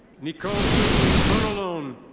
nicole susan tronolone.